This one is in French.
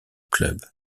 club